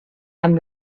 amb